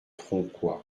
tronquoy